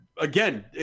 again